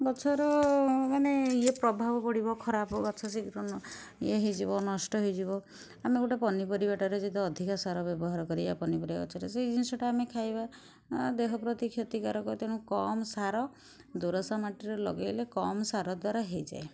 ଗଛର ମାନେ ଇଏ ପ୍ରଭାବ ପଡ଼ିବ ଖରାପ ଗଛ ଶୀଘ୍ର ଇଏ ହୋିଇଯିବ ନଷ୍ଟ ହେଇଯିବ ଆମେ ଗୋଟେ ପନିପରିବାରେ ଯଦି ଅଧିକ ସାର ବ୍ୟବହାର କରିବା ପନିପରିବା ଗଛରେ ସେ ଜିନିଷଟା ଆମେ ଖାଇବା ଦେହ ପ୍ରତି କ୍ଷତିକାରକ ତେଣୁ କମ୍ ସାର ଦୋରସା ମାଟିରେ ଲଗେଇଲେ କମ୍ ସାର ଦ୍ୱାରା ହେଇଯାଏ